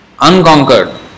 Unconquered